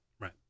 Right